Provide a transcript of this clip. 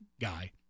guy